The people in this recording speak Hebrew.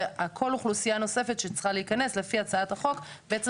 ועל כל אוכלוסייה נוספת שצריכה להיכנס לפי הצעת החוק בעצם